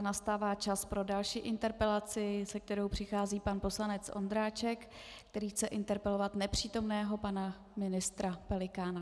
Nastává čas pro další interpelaci, se kterou přichází pan poslanec Ondráček, který chce interpelovat nepřítomného pana ministra Pelikána.